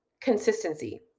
consistency